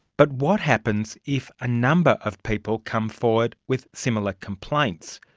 but what happens if a number of people come forward with similar complaints?